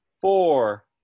four